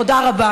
תודה רבה.